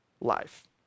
life